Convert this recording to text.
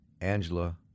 Angela